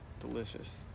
delicious